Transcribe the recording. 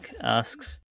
asks